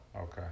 Okay